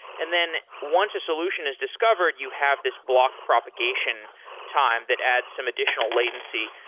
and then once a solution is discovered, you have this block propagation time that adds some additional latency.